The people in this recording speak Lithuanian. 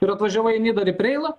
ir atvažiavai į nidą ar į preilą